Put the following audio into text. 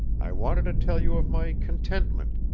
i wanted to tell you of my contentment,